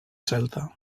celta